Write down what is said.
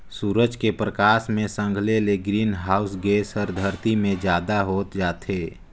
सूरज के परकास मे संघले ले ग्रीन हाऊस गेस हर धरती मे जादा होत जाथे